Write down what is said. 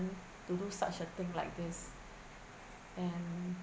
to do such a thing like this and